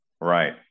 Right